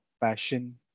passion